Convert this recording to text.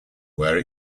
where